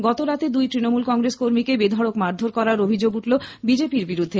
গতরাতে দুই তৃণমূল কংগ্রেস কর্মীকে বেধড়ক মারধর করার অভিযোগ উঠল বিজেপির বিরুদ্ধে